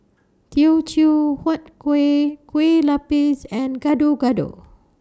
Teochew Huat Kuih Kueh Lapis and Gado Gado